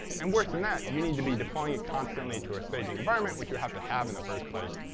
and worse than that, you need to be deploying it constantly to our staging environment, which you have to have in the first place.